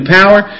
power